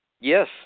yes